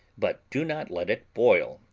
but do not let it boil,